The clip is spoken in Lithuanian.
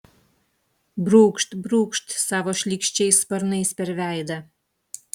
brūkšt brūkšt savo šlykščiais sparnais per veidą